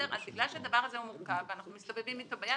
אז בגלל שהדבר הזה הוא מורכב ואנחנו מסתובבים אתו ביד,